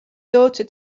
daughter